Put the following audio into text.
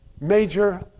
major